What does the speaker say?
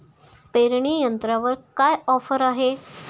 पेरणी यंत्रावर काय ऑफर आहे?